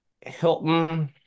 Hilton